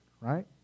right